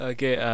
Okay